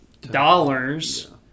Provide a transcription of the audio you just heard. dollars